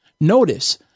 Notice